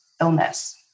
illness